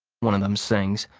one of them sings.